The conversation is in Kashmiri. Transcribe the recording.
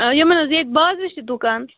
یِمَن حظ ییٚتہِ بازرٕ چھُ دُکان